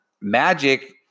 Magic